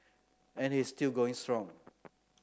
and he is still going strong